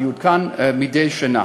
ויעודכן מדי שנה.